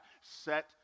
set